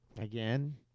again